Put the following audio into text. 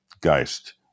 Geist